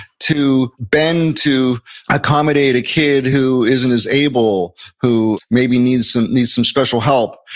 to bend to accommodate a kid who isn't as able, who maybe needs some needs some special health.